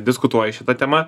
diskutuoji šita tema